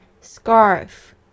Scarf